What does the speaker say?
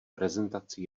prezentaci